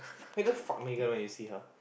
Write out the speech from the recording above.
can you just fuck Megan when you see her